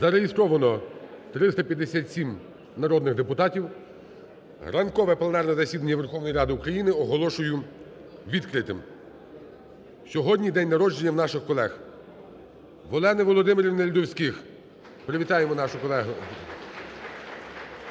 Зареєстровано 357 народних депутатів. Ранкове пленарне засідання Верховної Ради України оголошую відкритим. Сьогодні день народження наших колег, Олени Володимирівни Ледовських. Привітаємо нашу колегу. (Оплески)